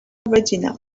regina